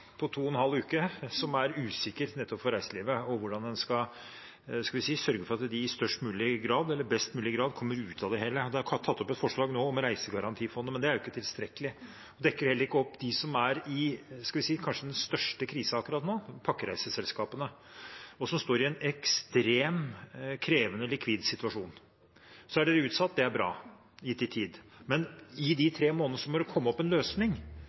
hvordan en skal sørge for at de kommer best mulig ut av det. Det er nå tatt opp et forslag om reisegarantifondet, men det er jo ikke tilstrekkelig. Det dekker heller ikke opp dem som kanskje er i den største krisen akkurat nå, pakkereiseselskapene, som står i en ekstremt krevende likvid situasjon. Så har en utsatt det litt i tid, og det er bra, men for de tre månedene må det komme en løsning,